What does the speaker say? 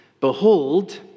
Behold